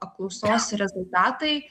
apklausos rezultatai